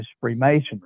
Freemasonry